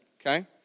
okay